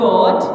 God